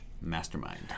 mastermind